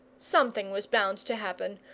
something was bound to happen,